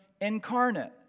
incarnate